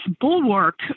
bulwark